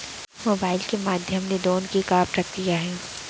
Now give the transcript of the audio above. Mobile के माधयम ले लोन के का प्रक्रिया हे?